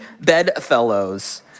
bedfellows